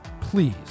please